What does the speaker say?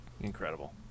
incredible